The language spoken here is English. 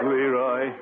Leroy